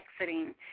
exiting